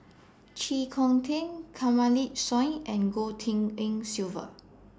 Chee Kong Tet Kanwaljit Soin and Goh Tshin En Sylvia